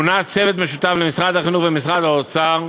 מונה צוות משותף למשרד החינוך ומשרד האוצר,